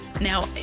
Now